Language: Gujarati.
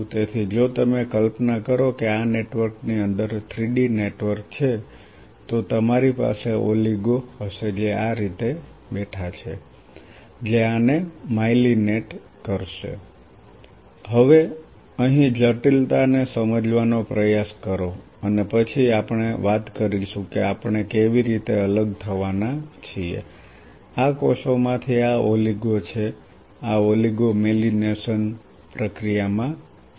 તેથી જો તમે કલ્પના કરો કે આ નેટવર્કની અંદર 3D નેટવર્ક છે તો તમારી પાસે ઓલિગો હશે જે આ રીતે બેઠા છે જે આને માઇલિનેટ કરશે હવે અહીં જટિલતાને સમજવાનો પ્રયાસ કરો અને પછી આપણે વાત કરીશું કે આપણે કેવી રીતે અલગ થવાના છીએ આ કોષોમાંથી આ ઓલિગો છે આ ઓલિગો મેલીનેશન પ્રક્રિયામાં સામેલ છે